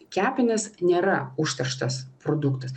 kepenys nėra užterštas produktas